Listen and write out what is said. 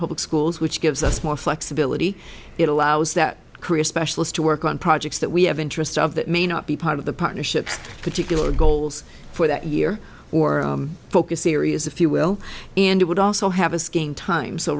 republic schools which gives us more flexibility it allows that career specialist to work on projects that we have interest of that may not be part of the partnerships particular goals for that year or focus areas if you will and it would also have a skiing time so